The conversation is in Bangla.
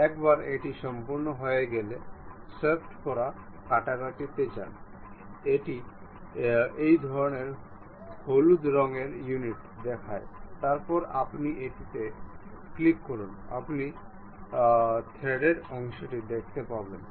একবার এটি সম্পন্ন হয়ে গেলে সোয়েপ্ট করা কাটাটিতে যান এটি এই ধরণের হলুদ রঙের টিন্ট দেখায় তারপরে আপনি এটিতে ক্লিক করুন আপনি থ্রেডেড অংশটি দেখতে পাবেন